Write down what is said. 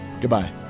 goodbye